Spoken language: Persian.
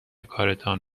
کارتان